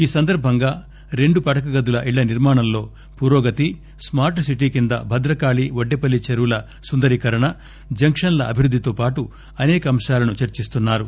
ఈ సందర్బంగా రెండు పడక గదుల ఇళ్ళ నిర్మానంలో పురోగతి స్మార్ట్ సిటీ కింద భద్రకాళీ ఒడ్డెపల్లి చెరువుల సుందరీకరణ జంక్షన్ల అభివృద్ది తో పాటు అసేక అంశాలను చర్చిస్తున్నా రు